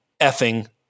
effing